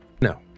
No